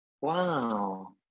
wow